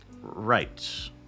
Right